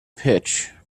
pitch